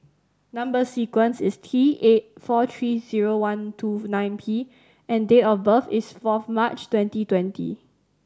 number sequence is T eight four three zero one two nine P and date of birth is fourth March twenty twenty